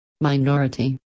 minority